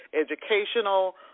educational